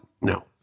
No